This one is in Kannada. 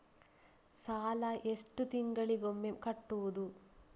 ಸಾಲ ಎಷ್ಟು ತಿಂಗಳಿಗೆ ಒಮ್ಮೆ ಕಟ್ಟುವುದು?